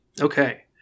Okay